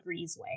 breezeway